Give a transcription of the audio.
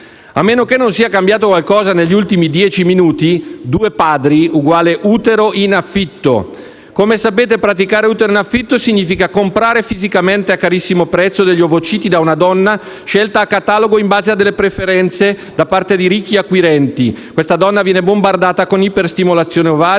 A meno che non sia cambiato qualcosa negli ultimi dieci minuti, due padri uguale utero in affitto. Come sapete, praticare utero in affitto significa comprare fisicamente a carissimo prezzo degli ovociti da una donna, scelta da catalogo in base a delle preferenze da parte di ricchi acquirenti; questa donna viene bombardata con iperstimolazione ovarica,